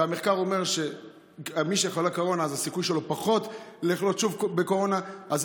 המחקר אומר שמי שחלה בקורונה אז הסיכוי שלו לחלות שוב בקורונה הוא פחות.